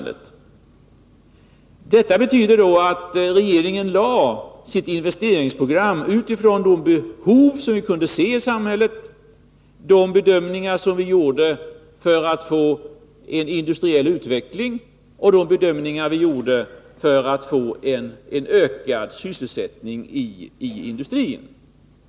Detta betyder att regeringen lade fram sitt investeringsprogram utifrån de behov som vi kunde se i samhället, de bedömningar som vi gjorde för att få en industriell utveckling och de bedömningar vi gjorde för att få en ökad sysselsättning i industrin.